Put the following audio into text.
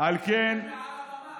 אתה משקר מעל הבמה.